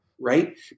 right